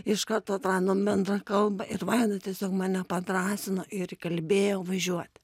iš karto atradom bendrą kalbą ir vaida tiesiog mane padrąsino ir įkalbėjo važiuoti